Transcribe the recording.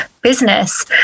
Business